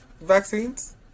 vaccines